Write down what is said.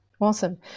Awesome